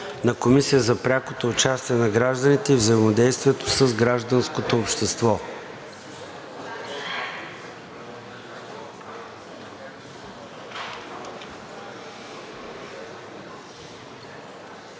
на Комисия за прякото участие на гражданите и взаимодействието с гражданското общество.